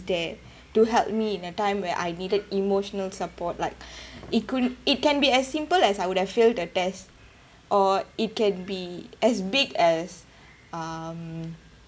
there to help me in a time where I needed emotional support like it couldn't it can be as simple as I would have failed the test or it can be as big as um